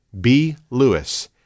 blewis